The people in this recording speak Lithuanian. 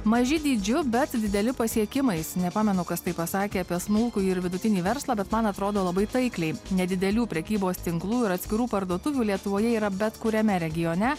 maži dydžiu bet dideli pasiekimais nepamenu kas tai pasakė apie smulkųjį ir vidutinį verslą bet man atrodo labai taikliai nedidelių prekybos tinklų ir atskirų parduotuvių lietuvoje yra bet kuriame regione